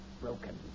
broken